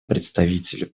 представителю